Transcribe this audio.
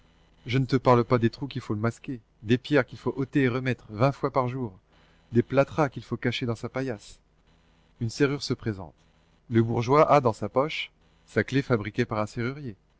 je ne te parle pas des trous qu'il faut masquer des pierres qu'il faut ôter et remettre vingt fois par jour des plâtras qu'il faut cacher dans sa paillasse une serrure se présente le bourgeois a dans sa poche sa clef fabriquée par un serrurier